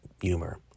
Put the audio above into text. humor